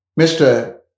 Mr